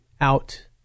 out